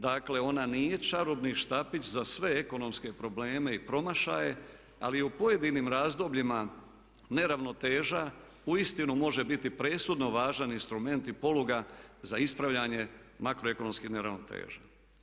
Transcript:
Dakle ona nije čarobni štapić za sve ekonomske probleme i promašanje ali u pojedinim razdobljima neravnoteža uistinu može biti presudno važan instrument i poluga za ispravljanje makro ekonomskih neravnoteža.